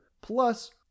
Plus